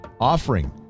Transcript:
offering